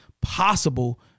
possible